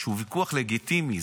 שהוא ויכוח לגיטימי.